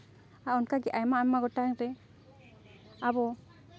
ᱟᱨ ᱚᱱᱠᱟ ᱜᱮ ᱟᱭᱢᱟ ᱟᱭᱢᱟ ᱜᱚᱴᱟᱝ ᱨᱮ ᱟᱵᱚ